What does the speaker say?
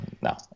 No